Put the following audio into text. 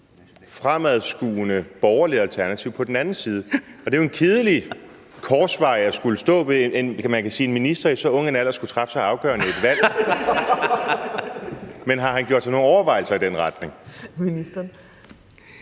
fremadskuende borgerligt alternativ på den anden side. Det er jo en kedelig korsvej at skulle stå ved og, kan man sige, som minister i så ung en alder at skulle træffe så afgørende et valg (Munterhed), men har han gjort sig nogen overvejelser i den retning?